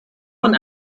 von